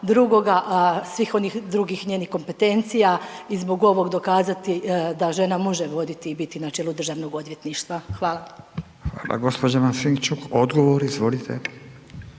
drugoga, a svih onih drugih njenih kompetencija i zbog ovog dokazati da žena može voditi i biti na čelu državnog odvjetništva. Hvala. **Radin, Furio